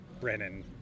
Brennan